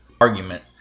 argument